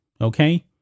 Okay